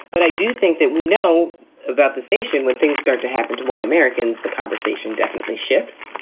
but i do think that we know about this nation when things start to happen to white americans. the conversation definitely shifts.